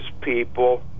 people